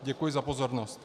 Děkuji za pozornost.